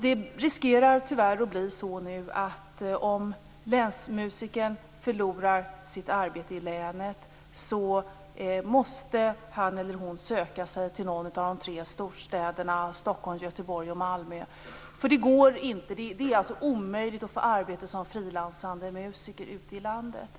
Nu riskerar det tyvärr att bli så att om en länsmusiker förlorar sitt arbete i länet måste han eller hon söka sig till någon av de tre storstäderna Stockholm, Göteborg eller Malmö. Det är omöjligt att få arbete som frilansande musiker ute i landet.